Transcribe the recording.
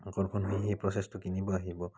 আকৰ্ষণ হৈ সেই প্ৰচেচটো কিনিব আহিব